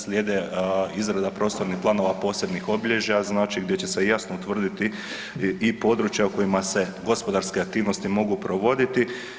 Slijede izrada prostornih planova posebnih obilježja, znači gdje će se jasno utvrditi i područja u kojima se gospodarske aktivnosti mogu provoditi.